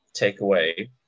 takeaway